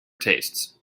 tastes